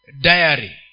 diary